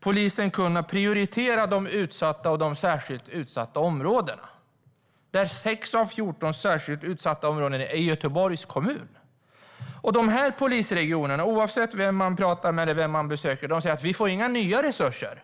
polisen kunna prioritera de utsatta och särskilt utsatta områdena, där 6 av 14 särskilt utsatta områden finns i Göteborgs kommun? I dessa polisregioner säger de, oavsett vem man talar med eller besöker, att de inte får några nya resurser.